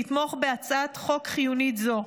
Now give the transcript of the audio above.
לתמוך בהצעת חוק חיונית זו.